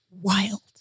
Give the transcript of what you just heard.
wild